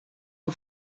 her